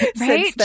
right